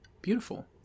Beautiful